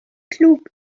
klug